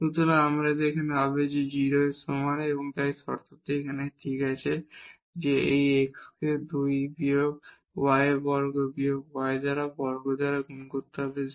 সুতরাং আমাদের হবে যে এটি 0 এর সমান এই শর্তটি এখানে ঠিক আছে যে এই x কে 2 বিয়োগ x বর্গ বিয়োগ y বর্গ দ্বারা গুণ করতে হবে 0